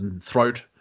throat